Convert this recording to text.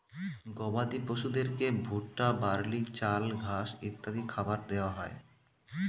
গবাদি পশুদেরকে ভুট্টা, বার্লি, চাল, ঘাস ইত্যাদি খাবার দেওয়া হয়